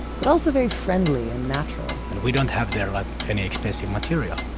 but also very friendly and natural. and we don't have there like, any expensive material.